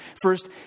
First